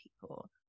people